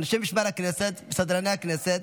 אנשי משמר הכנסת וסדרני הכנסת,